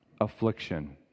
Affliction